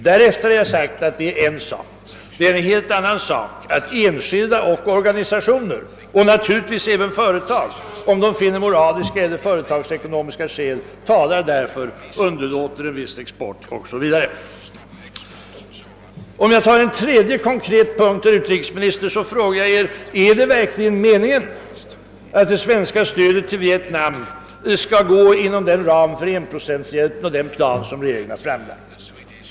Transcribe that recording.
Jag sade därefter att detta är en sak men att det är en annan sak att enskilda personer, organisationer och naturligtvis även företag, om de finner att moraliska eller företagsekonomiska skäl talar därför, avstår från viss export O: Si Vs Jag frågade vidare, och för att ta ytterligare en konkret punkt, om det verkligen är meningen att det svenska stödet till Vietnam skall utgå inom ramen för den plan för enprocentshjälpen som regeringen framlagt.